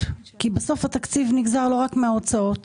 כי בסוף התקציב נגזר לא רק מההוצאות,